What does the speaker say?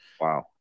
wow